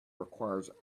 requires